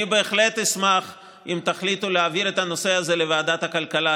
אני בהחלט אשמח אם תחליטו להעביר את הנושא הזה לוועדת הכלכלה,